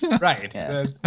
Right